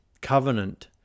covenant